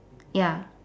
ya